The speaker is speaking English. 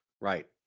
right